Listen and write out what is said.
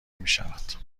میشود